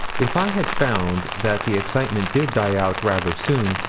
if i had found that the excitement did die out rather soon,